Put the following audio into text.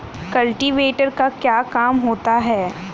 Cultivator का क्या काम होता है?